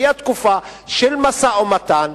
תהיה תקופה של משא-ומתן